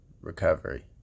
recovery